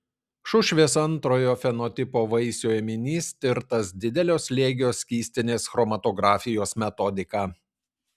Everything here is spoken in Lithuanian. šušvės antrojo fenotipo vaisių ėminys tirtas didelio slėgio skystinės chromatografijos metodika